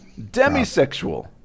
Demisexual